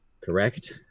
Correct